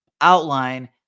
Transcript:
outline